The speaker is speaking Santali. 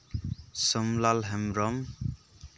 ᱥᱳᱢᱞᱟᱞ ᱦᱮᱢᱵᱨᱚᱢ